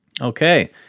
Okay